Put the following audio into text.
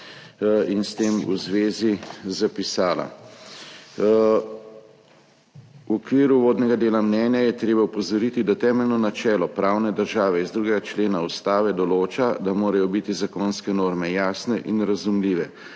in s tem v zvezi zapisala: »V okviru uvodnega dela mnenja je treba opozoriti, da temeljno načelo pravne države iz 2. člena Ustave določa, da morajo biti zakonske norme jasne in razumljive,